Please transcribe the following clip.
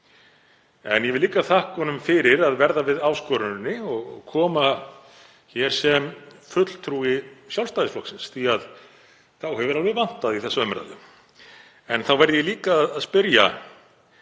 En ég vil líka þakka honum fyrir að verða við áskoruninni og koma hér sem fulltrúi Sjálfstæðisflokksins því að þá hefur alveg vantað í þessa umræðu. En þá verð ég líka að spyrja: